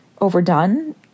overdone